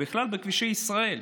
בכלל בכבישי ישראל.